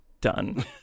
done